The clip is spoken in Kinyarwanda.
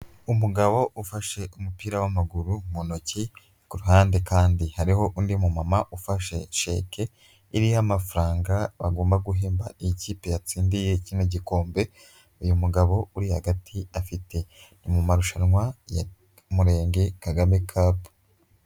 Umugabo ufashe umupira w'amaguru mu ntoki, ku ruhande kandi hariho undi mumama ufashe sheke, iriho amafaranga bagomba guhemba iyi kipe yatsindiye kino gikombe, uyu mugabo uri hagati afite, ni mumarushanwa y'umurenge Kagame kapu.